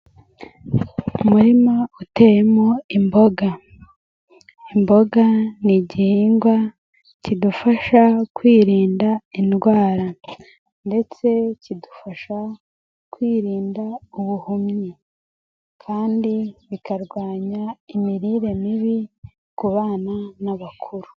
Umurima uteyemo imboga, imboga ni igihingwa kidufasha kwirinda indwara, ndetse kidufasha kwirinda ubuhumyi, kandi bikarwanya imirire mibi ku bana n'abakuru.